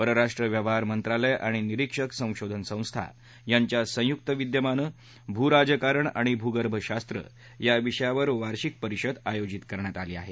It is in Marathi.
परराष्ट्र व्यवहार मंत्रालय आणि निरिक्षक संशोधन संस्था यांच्या संयुक्त विद्यमानं भूराजकारण आणि भूगर्भशास्त्र या विषयावर वार्षिक पिरषद आयोजि करण्यात आली आहे